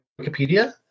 Wikipedia